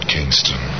Kingston